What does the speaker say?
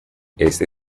este